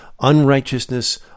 unrighteousness